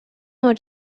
more